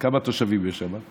כמה תושבים יש שם?